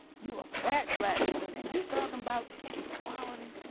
you a fat, black woman, and you talking about equality?